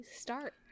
start